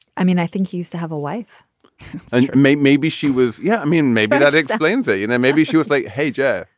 i mean, i think he used to have a wife and may maybe she was. yeah. i mean, maybe that explains it. you know, maybe she was like, hey, jeff.